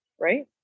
right